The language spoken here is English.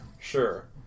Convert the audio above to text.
sure